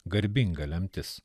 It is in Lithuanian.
garbinga lemtis